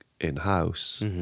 in-house